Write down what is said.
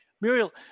Muriel